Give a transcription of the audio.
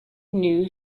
new